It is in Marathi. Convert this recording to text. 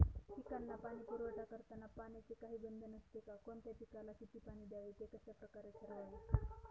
पिकांना पाणी पुरवठा करताना पाण्याचे काही बंधन असते का? कोणत्या पिकाला किती पाणी द्यावे ते कशाप्रकारे ठरवावे?